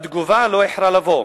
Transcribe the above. התגובה לא איחרה לבוא.